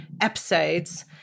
episodes